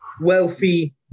wealthy